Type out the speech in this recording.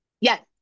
Yes